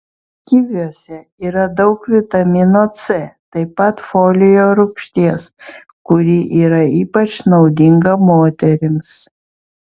kiviuose yra daug vitamino c taip pat folio rūgšties kuri yra ypač naudinga moterims